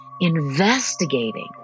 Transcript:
investigating